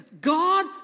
God